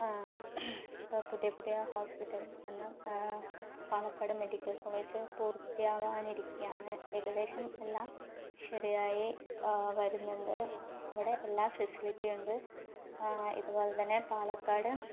ഇപ്പോൾ പുതിയ പുതിയ ഹോസ്പിറ്റൽ പാലക്കാട് മെഡിക്കൽ കോളേജ് പൂർത്തിയാവാനിരിക്കെയാണ് ഏകദേശം എല്ലാം ശരിയായി വരുന്നുണ്ട് അവിടെ എല്ലാ ഫെസിലിറ്റിയും ഉണ്ട് ഇതുപോലെ തന്നെ പാലക്കാട്